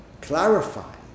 clarify